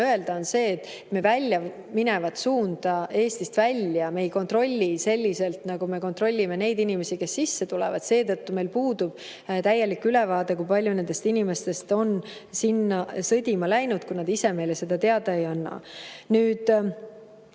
öelda, et Eestist välja minevat suunda me ei kontrolli selliselt, nagu me kontrollime neid inimesi, kes sisse tulevad. Seetõttu meil puudub täielik ülevaade, kui palju nendest inimestest on sinna sõdima läinud, kui nad ise meile seda teada ei anna. Minule